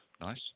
Nice